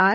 R